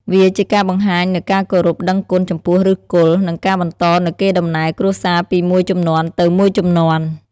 វាជាការបង្ហាញនូវការគោរពដឹងគុណចំពោះឫសគល់ និងការបន្តនូវកេរដំណែលគ្រួសារពីមួយជំនាន់ទៅមួយជំនាន់។